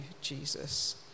Jesus